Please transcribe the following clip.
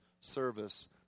service